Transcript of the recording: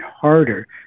harder